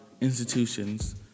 institutions